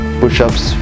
push-ups